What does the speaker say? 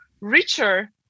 richer